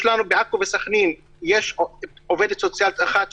יש לנו בעכו ובסח'נין עובדת סוציאלית אחת,